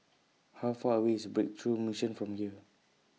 How Far away IS Breakthrough Mission from here